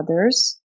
others